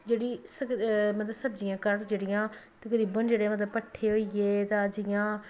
जेह्ड़ी मतलब सब्जियां घर च जेह्ड़ियां तकरीबन जेह्ड़े मतलब भट्ठे होई गे ता जि'यां